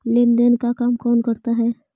लेन देन का काम कौन करता है?